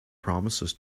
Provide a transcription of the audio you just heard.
promises